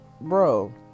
Bro